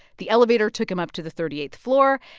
the elevator took him up to the thirty eighth floor,